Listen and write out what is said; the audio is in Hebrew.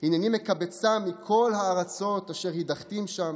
הנני מקבצם מכל הארצות אשר הדחתים שם